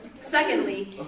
Secondly